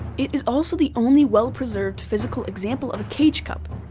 it is also the only well-preserved physical example of cage-cup.